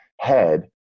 head